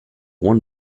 won